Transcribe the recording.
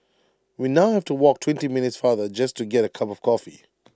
we now have to walk twenty minutes farther just to get A cup of coffee